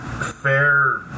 Fair